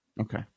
Okay